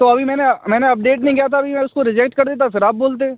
तो अभी मैंने मैंने अपडेट नहीं किया था अभी मैं उसको रिजेक्ट कर देता फिर आप बोलते